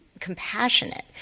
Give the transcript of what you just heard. compassionate